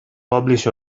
publish